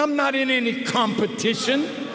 i'm not in any competition